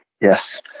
Yes